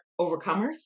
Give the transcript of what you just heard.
overcomers